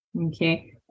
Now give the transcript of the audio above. Okay